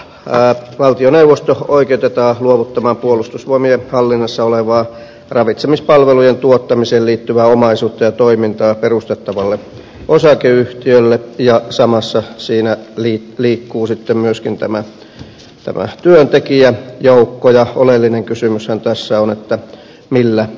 tässähän valtioneuvosto oikeutetaan luovuttamaan puolustusvoimien hallinnassa olevaa ravitsemispalvelujen tuottamiseen liittyvää omaisuutta ja toimintaa perustettavalle osakeyhtiölle ja samassa siinä liikkuu sitten myöskin tämä työntekijäjoukko ja oleellinen kysymyshän tässä on millä ehdoilla